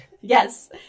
Yes